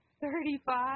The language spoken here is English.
thirty-five